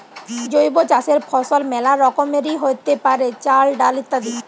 জৈব চাসের ফসল মেলা রকমেরই হ্যতে পারে, চাল, ডাল ইত্যাদি